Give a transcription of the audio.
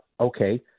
okay